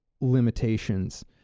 limitations